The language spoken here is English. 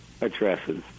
addresses